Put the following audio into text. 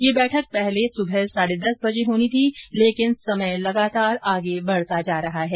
यह बैठक पहले सुबह साढे दस बजे होनी थी लेकिन समय लगातार आगे बढता जा रहा है